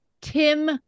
Tim